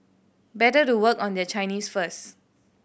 better to work on their Chinese first